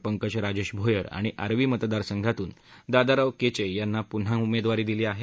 पंकज राजेश भोयर आणि आर्वी मतदारसंघातून दादाराव केचे यांना पुन्हा उमेदवारी दिली आहे